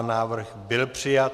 Návrh byl přijat.